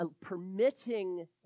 permitting